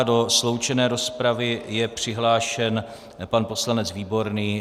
Do sloučené rozpravy je přihlášen pan poslanec Výborný.